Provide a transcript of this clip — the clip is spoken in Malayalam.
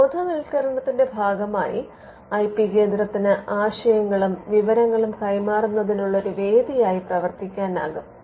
ബോധവത്കരണത്തിന്റെ ഭാഗമായി ഐ പി കേന്ദ്രത്തിന് ആശയങ്ങളും വിവരങ്ങളും കൈമാറുന്നതിനുള്ള ഒരു വേദിയായി പ്രവർത്തിക്കാനാകും